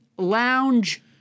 lounge